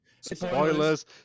Spoilers